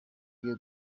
iyo